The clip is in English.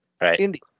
Right